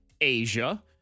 Asia